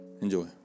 enjoy